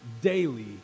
daily